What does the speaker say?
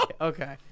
Okay